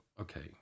okay